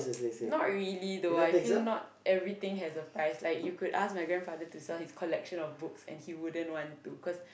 not really though I feel not everything has a price like you could ask my grandfather to sell his collection of books and he wouldn't want to cause